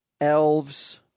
elves